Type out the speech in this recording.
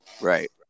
Right